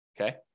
Okay